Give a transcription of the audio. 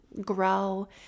grow